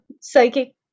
psychic